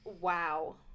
wow